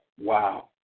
Wow